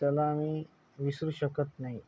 त्याला आम्ही विसरू शकत नाही